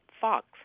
fox